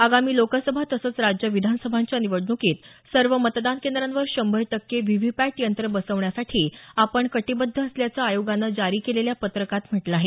आगामी लोकसभा तसंच राज्य विधानसभांच्या निवडणुकीत सर्व मतदान केंद्रांवर शंभर टक्के व्हीव्हीपॅट यंत्रं बसवण्यासाठी आपण कटिबद्ध असल्याचं आयोगानं जारी केलेल्या पत्रकात म्हटलं आहे